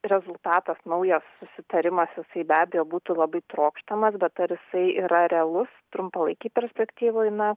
rezultatas naujas susitarimas jisai be abejo būtų labai trokštamas bet ar jisai yra realus trumpalaikėj perspektyvoj na